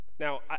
Now